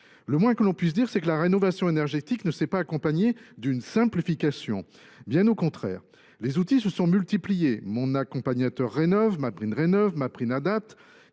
Le moins que l’on puisse dire, c’est que la rénovation énergétique ne s’est pas accompagnée d’une simplification. Bien au contraire, les outils se sont multipliés – Mon Accompagnateur Rénov’, MaPrimeRénov’, MaPrimeAdapt’